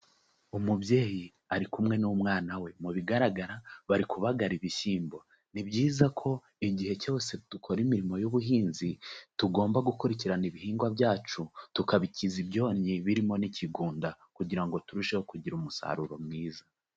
Umubyeyi ari kumwe n'umwana we, mu bigaragara bari kubagara ibishyimbo, ni byiza ko igihe cyose dukora imirimo y'ubuhinzi, tugomba gukurikirana ibihingwa byacu tukabikiza ibyonnyi birimo n'ikigunda, kugira ngo turusheho kugira umusaruro mwiza.